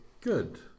Good